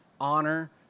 honor